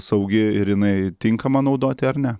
saugi ir jinai tinkama naudoti ar ne